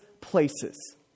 places